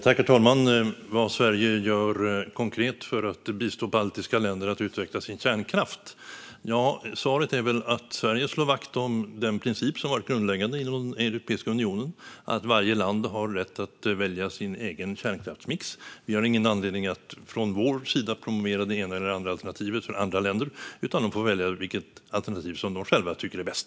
Herr talman! Vad gör Sverige konkret för att bistå baltiska länder att utveckla sin kärnkraft? Svaret är att Sverige slår vakt om den princip som har varit grundläggande inom Europeiska unionen: att varje land har rätt att välja sin egen kärnkraftsmix. Vi har ingen anledning att från vår sida promovera det ena eller andra alternativet för andra länder, utan de får välja vilket alternativ som de själva tycker är bäst.